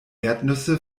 erdnüsse